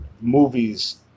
movies